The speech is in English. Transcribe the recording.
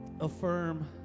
affirm